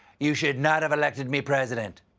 you should not have elected me president.